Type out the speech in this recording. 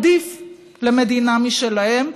עדיף למדינה משלהם,